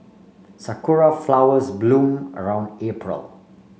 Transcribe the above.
sakura flowers bloom around April